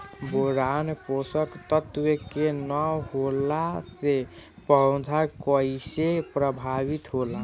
Boron पोषक तत्व के न होला से पौधा कईसे प्रभावित होला?